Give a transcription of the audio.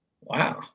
wow